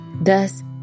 Thus